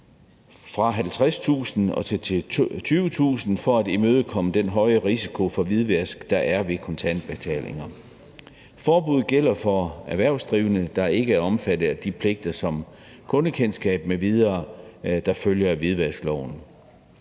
fra 50.000 kr. til 20.000 kr. for at imødegå den høje risiko for hvidvask, der er ved kontantbetalinger. Forbuddet gælder for erhvervsdrivende, der ikke er omfattet af de pligter om kundekendskab m.v., der følger af hvidvaskloven.